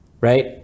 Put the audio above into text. Right